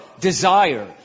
desire